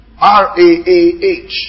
R-A-A-H